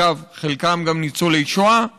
אגב, חלקם גם ניצולי שואה.